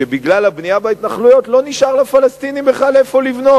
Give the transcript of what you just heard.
שבגלל הבנייה בהתנחלויות לא נשאר לפלסטינים בכלל איפה לבנות.